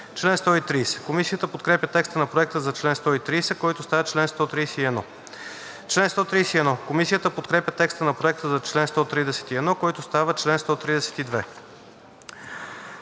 чл. 100. Комисията подкрепя текста на Проекта за чл. 100, който става чл. 101. Комисията подкрепя текста на Проекта за чл. 101, който става чл. 102,